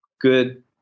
good